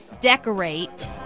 decorate